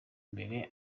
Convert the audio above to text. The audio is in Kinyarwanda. imbere